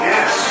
Yes